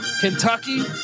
Kentucky